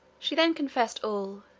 she then confessed all,